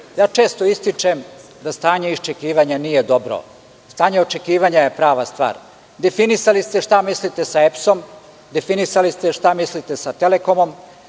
Ja često ističem da stanje iščekivanja nije dobro. Stanje očekivanja je prava stvar. Definisali ste šta mislite sa EPS-om, definisali ste šta mislite sa Telekomom,